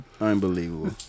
Unbelievable